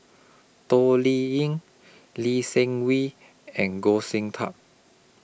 Toh Liying Lee Seng Wee and Goh Sin Tub